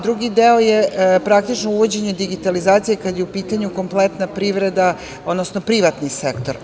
Drugi deo je praktično uvođenje digitalizacije kada je u pitanju kompletna privreda, odnosno privatni sektor.